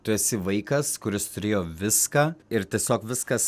tu esi vaikas kuris turėjo viską ir tiesiog viskas